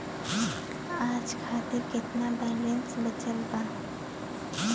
आज खातिर केतना बैलैंस बचल बा?